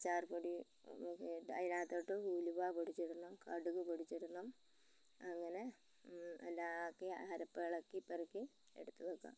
അച്ചാറ് പൊടിയും അതിനകത്തോട്ട് ഉലുവ പൊടിച്ചിടണം കടുക് പൊടിച്ചിടണം അങ്ങനെ എല്ലാവാക്കി അരപ്പ് ഇളക്കിപ്പെറുക്കി എടുത്ത് വയ്ക്കണം